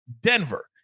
Denver